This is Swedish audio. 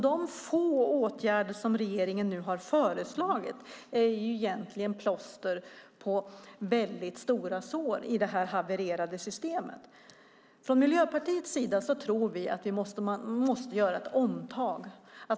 De få åtgärder som regeringen nu har föreslagit är egentligen plåster på väldigt stora sår i detta havererade system. Från Miljöpartiets sida tror vi att man måste göra ett omtag.